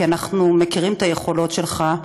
כי אנחנו מכירים את היכולות שלך,